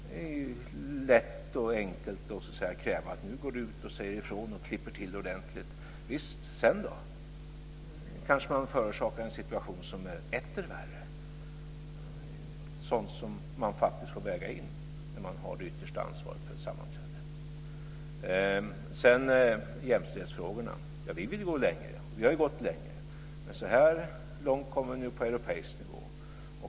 Det är enkelt att kräva att någon ska gå ut och säga ifrån och klippa till ordentligt. Men sedan då? Man kanske förorsakar en situation som är etter värre. Det är sådant man får väga in, när man har det yttersta ansvaret för ett sammanträde. Vi vill gå längre i jämställdhetsfrågorna. Vi har gått längre. Så här långt kom vi nu på europeisk nivå.